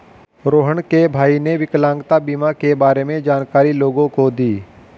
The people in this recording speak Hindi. रोहण के भाई ने विकलांगता बीमा के बारे में जानकारी लोगों को दी